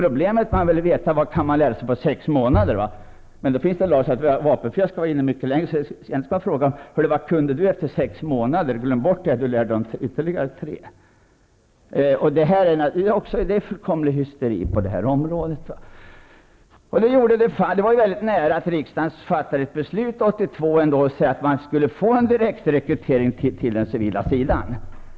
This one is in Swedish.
Vad man ville veta var vad man kan lära sig på sex månader, men det finns en lag som säger att vapenfria skall ligga inne mycket längre. Då får man alltså lov att säga: Vad kan du efter sex månader? Räkna inte det du lärde dig under tiden därefter. Det råder alltså fullkomlig hysteri på det här området. Det var väldigt nära att riksdagen 1982 fattade ett beslut som innebar en direktrekrytering till den civila sidan.